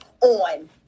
on